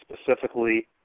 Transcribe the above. specifically